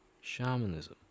Shamanism